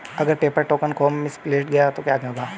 अगर paper token खो misplaced गया तो क्या होगा?